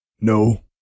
No